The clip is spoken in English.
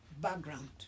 background